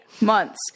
months